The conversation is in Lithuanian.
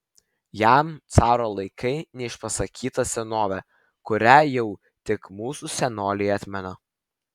jam caro laikai neišpasakyta senovė kurią jau tik mūsų senoliai atmena